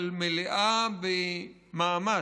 אבל מלאה במאמץ,